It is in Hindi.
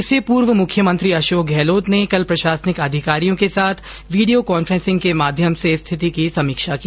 इससे पूर्व मुख्यमंत्री अशॉक गहलोत ने कल प्रशासनिक अधिकारियों के साथ वीडियो कांफेसिंग के माध्यम से स्थिति की समीक्षा की